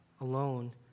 alone